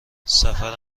سفر